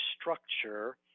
structure